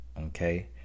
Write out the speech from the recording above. Okay